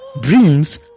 Dreams